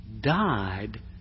died